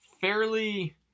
fairly